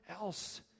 else